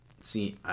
See